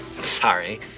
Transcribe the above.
Sorry